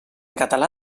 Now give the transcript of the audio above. català